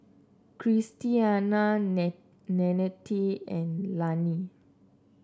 Christiana Nannette and Lannie